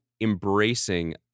embracing